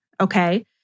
okay